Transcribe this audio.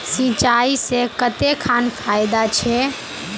सिंचाई से कते खान फायदा छै?